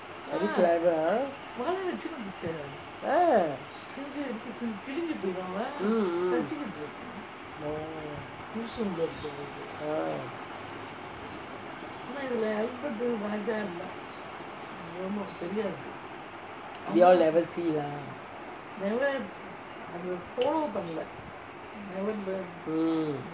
very clever ah eh mm they all never see lah mm